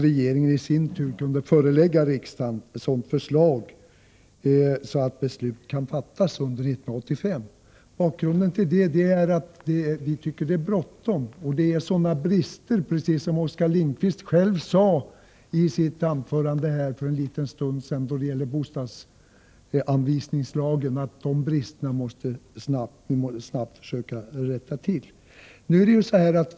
Regeringen skulle i sin tur därefter förelägga riksdagen ett sådant förslag att beslut kunde fattas under 1985. Bakgrunden till detta förslag är att vi tycker att det är bråttom. Det föreligger sådana brister, precis som Oskar Lindkvist själv sade i sitt anförande för en stund sedan då det gällde bostadsanvisningslagen, som vi snabbt måste försöka rätta till.